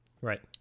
right